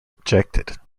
objected